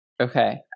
Okay